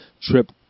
trip